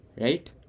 Right